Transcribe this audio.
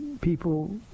people